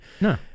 no